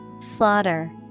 Slaughter